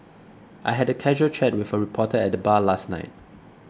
I had a casual chat with a reporter at the bar last night